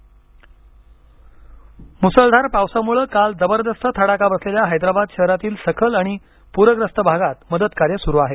हैदाबाद मुसळधार पावसामुळे काल जबरदस्त तडाखा बसलेल्या हैदराबाद शहरातील सखल आणि पूरग्रस्त भागात मदतकार्य सुरू आहे